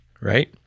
right